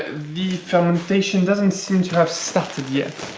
the fermentation doesn't seem to have started yet.